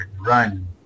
Run